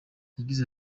yagize